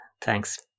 thanks